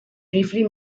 briefly